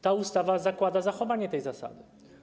Ta ustawa zakłada zachowanie tej zasady.